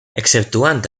exceptuant